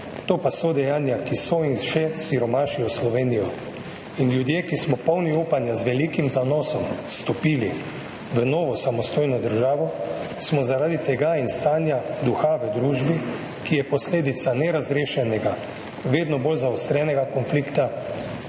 to pa so dejanja, ki so in še siromašijo Slovenijo. In ljudje, ki smo polni upanja z velikim zanosom vstopili v novo samostojno državo, smo zaradi tega in stanja duha v družbi, ki je posledica nerazrešenega, vedno bolj zaostrenega konflikta,